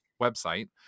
website